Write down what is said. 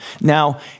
Now